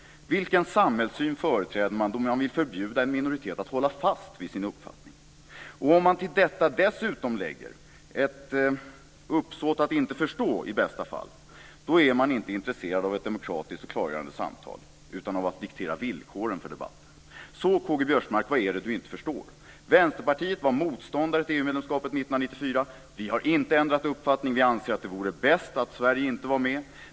Vilken samhällssyn företräder man när man vill förbjuda en minoritet att hålla fast vid sin uppfattning? Om man till detta dessutom lägger ett uppsåt att i bästa fall inte förstå är man inte intresserad av ett demokratiskt och klargörande samtal utan av att diktera villkoren för debatten. Vad är det K-G Biörsmark inte förstår? medlemskapet 1994. Vi har inte ändrat uppfattning. Vi anser att det vore bäst att Sverige inte är med.